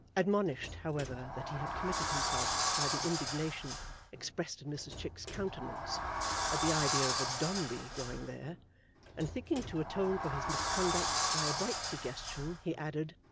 admonished, however, that he had committed himself, by the indignation expressed in mrs chick's countenance at the idea of a dombey going there and thinking to atone for his misconduct by a bright suggestion, he added